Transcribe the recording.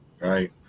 Right